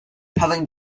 having